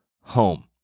home